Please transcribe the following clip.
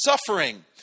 suffering